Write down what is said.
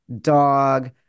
dog